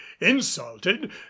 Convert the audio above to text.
insulted